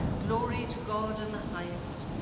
glory to god in the highest,